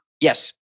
Yes